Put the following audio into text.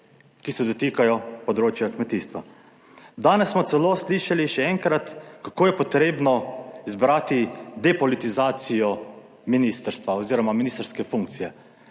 ki se dotikajo področja kmetijstva. Danes smo celo slišali še enkrat, kako je potrebno izbrati depolitizacijo ministrstva, oziroma ministrske funkcije.